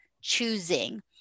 choosing